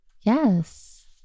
Yes